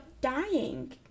dying